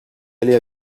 aller